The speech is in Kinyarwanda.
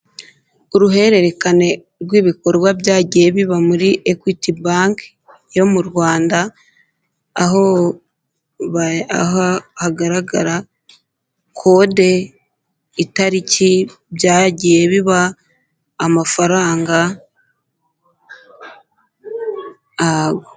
Uruhererekane rw'ibikorwa byagiye biba muri Ekwiti banke yo mu Rwanda aho hagaragara kode, itariki byagiye biba, amafaranga.